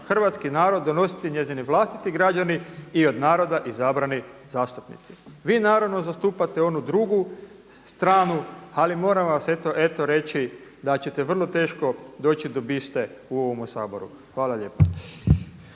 hrvatski narod donositi njezini vlastiti građani i od naroda izabrani zastupnici. Vi naravno zastupate onu drugu stranu. Ali moram vam eto reći da ćete vrlo teško doći do biste u ovome Saboru. Hvala lijepa.